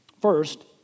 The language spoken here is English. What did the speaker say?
First